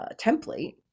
template